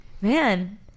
Man